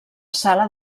sala